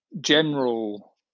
general